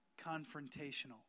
confrontational